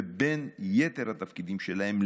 ובין יתר התפקידים שלהם,